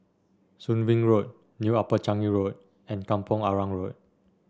Soon Wing Road New Upper Changi Road and Kampong Arang Road